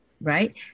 right